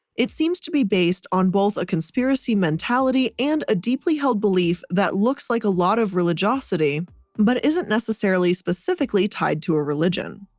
it seems to be based on both a conspiracy mentality and a deeply held belief that looks like a lot of religiosity but isn't necessarily specifically tied to a religion.